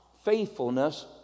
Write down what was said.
faithfulness